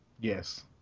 yes